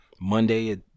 monday